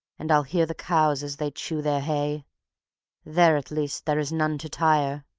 and i'll hear the cows as they chew their hay there at least there is none to tire,